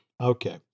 okay